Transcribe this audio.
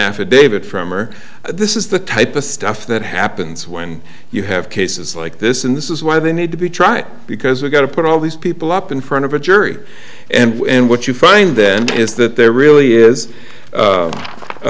affidavit from or this is the type of stuff that happens when you have cases like this and this is why they need to be trite because we've got to put all these people up in front of a jury and what you find then is that there really is a